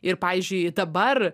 ir pavyzdžiui dabar